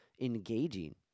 engaging